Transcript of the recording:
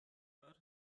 aylar